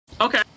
Okay